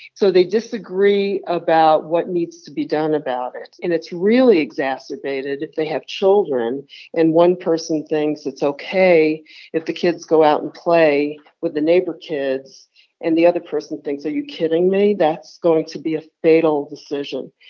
so they disagree about what needs to be done about it. and it's really exacerbated if they have children and one person thinks it's ok if the kids go out and play with the neighbor kids and the other person thinks, are you kidding me? that's going to be a fatal decision.